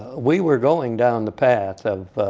we were going down the path of